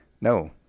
No